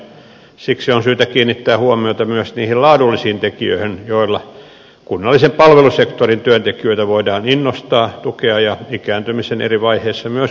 siksi on syytä kiinnittää huomiota myös niihin laadullisiin tekijöihin joilla kunnallisen palvelusektorin työntekijöitä voidaan innostaa tukea ja ikääntymisen eri vaiheissa myös kuntouttaa